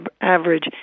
average